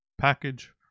package